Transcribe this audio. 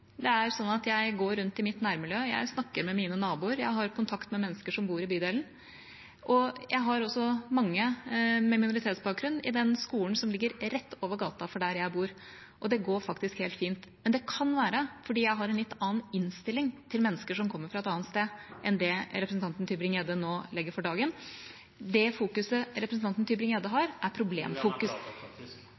Det er slik at jeg går rundt i mitt nærmiljø, jeg snakker med mine naboer, jeg har kontakt med mennesker som bor i bydelen, og det er også mange med minoritetsbakgrunn på den skolen som ligger rett over gata for der jeg bor. Og det går faktisk helt fint, men det kan være fordi jeg har en litt annen innstilling til mennesker som kommer fra et annet sted, enn det representanten Tybring-Gjedde nå legger for dagen. Det fokuset representanten Tybring-Gjedde har, er